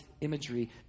imagery